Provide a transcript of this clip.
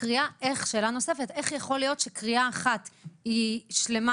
ושאלה נוספת: איך יכול להיות שקריאה אחת היא שלמה